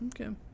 okay